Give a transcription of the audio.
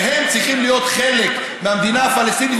והם צריכים להיות חלק מהמדינה הפלסטינית,